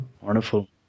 Wonderful